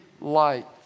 light